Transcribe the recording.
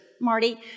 Marty